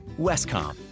Westcom